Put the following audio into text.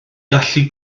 gallu